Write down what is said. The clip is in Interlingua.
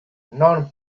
non